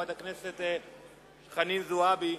חברת הכנסת חנין זועבי,